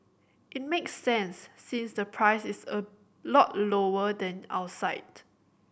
it makes sense since the price is a lot lower than outside